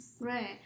Right